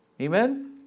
amen